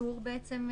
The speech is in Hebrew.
האיסור